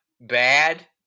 bad